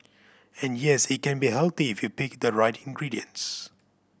and yes it can be healthy if you pick the right ingredients